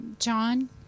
John